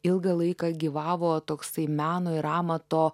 ilgą laiką gyvavo toksai meno ir amato